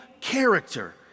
character